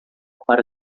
para